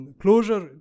closure